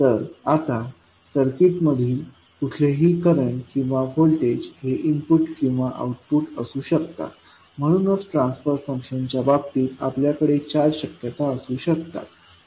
तर आता सर्किट मधील कुठलेही करंट किंवा व्होल्टेज हे इनपुट किंवा आउटपुट असू शकतात म्हणूनच ट्रान्सफर फंक्शनच्या बाबतीत आपल्याकडे चार शक्यता असू शकतात